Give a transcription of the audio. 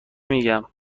میگم